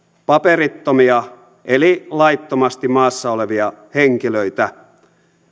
paperittomia eli laittomasti maassa olevia henkilöitä